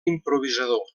improvisador